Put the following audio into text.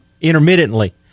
intermittently